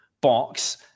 box